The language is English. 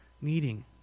needing